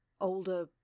older